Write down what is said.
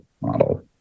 model